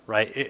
Right